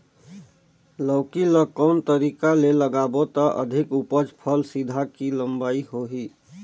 लौकी ल कौन तरीका ले लगाबो त अधिक उपज फल सीधा की लम्बा होही?